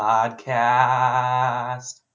Podcast